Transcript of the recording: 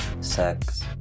sex